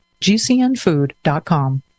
GCNfood.com